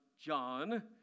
John